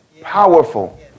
powerful